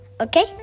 okay